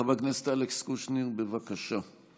חבר הכנסת אלכס קושניר, בבקשה.